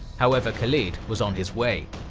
however, khalid was on his way.